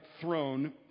throne